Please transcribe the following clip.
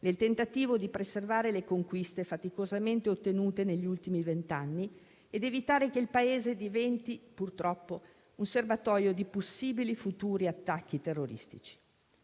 nel tentativo di preservare le conquiste faticosamente ottenute negli ultimi vent'anni ed evitare che il Paese diventi, purtroppo, un serbatoio di possibili futuri attacchi terroristici.